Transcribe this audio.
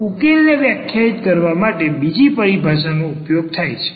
ઉકેલ ને વ્યાખ્યાયિત કરવા માટે બીજી પરિભાષા નો ઉપયોગ થાય છે